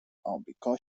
آمریکا